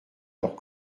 leurs